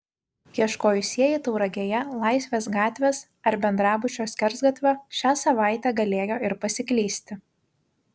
ieškojusieji tauragėje laisvės gatvės ar bendrabučio skersgatvio šią savaitę galėjo ir pasiklysti